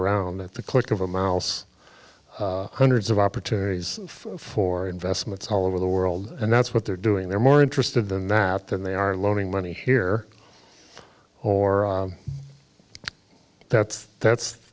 around at the click of a mouse hundreds of opportunities for investments all over the world and that's what they're doing they're more interested than that than they are loaning money here or that's that's